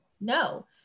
No